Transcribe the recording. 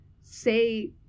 say